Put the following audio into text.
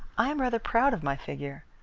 i am rather proud of my figure.